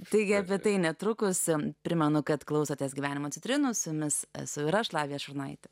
taigi visai netrukus primenu kad klausotės gyvenimą citrinos su jumis esu ir aš lavija šurnaitė